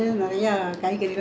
your father lah